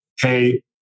hey